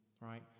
right